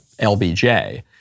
LBJ